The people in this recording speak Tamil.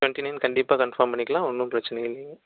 டுவெண்ட்டி நயன் கண்டிப்பாக கன்ஃபார்ம் பண்ணிக்கலாம் ஒன்றும் பிரச்சினை இல்லை